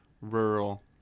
rural